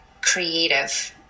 creative